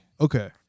Okay